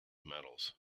metals